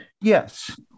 yes